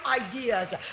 ideas